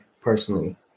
personally